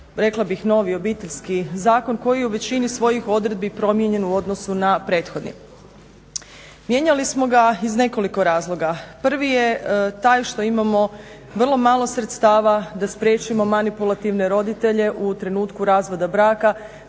rekla bih novi obiteljski zakon koji o većini svojih odredbi promijenjen u odnosu na prethodni. Mijenjali smo ga iz nekoliko razloga. Prvi je taj što imamo vrlo malo sredstava da spriječimo manipulativne roditelje u trenutku razvoda braka